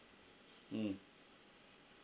mm